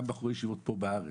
גם בחורי ישיבות פה בארץ,